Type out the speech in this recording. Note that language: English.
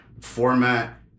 Format